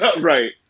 Right